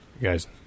Guys